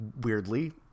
Weirdly